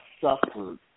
suffered